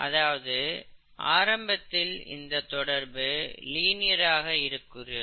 அதாவது ஆரம்பத்தில் இந்த தொடர்பு லீனியர் ஆக இருக்கிறது